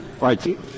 Right